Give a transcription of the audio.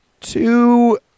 two